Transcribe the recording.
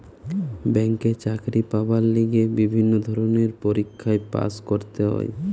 ব্যাংকে চাকরি পাবার লিগে বিভিন্ন ধরণের পরীক্ষায় পাস্ করতে হয়